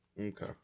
Okay